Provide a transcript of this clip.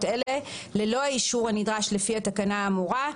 אלה ללא האישור הנדרש לפי התקנה האמורה,